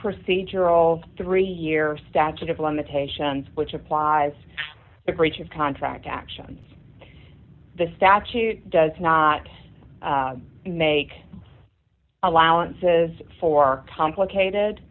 procedural three year statute of limitations which applies to breach of contract actions the statute does not make allowances for complicated